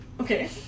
Okay